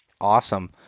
Awesome